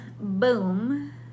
boom